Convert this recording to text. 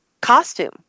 costume